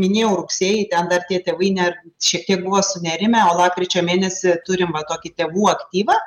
minėjau rugsėjį ten dar tie tėvai ne šiek tiek buvo sunerimę o lapkričio mėnesį turim va tokį tėvų aktyvą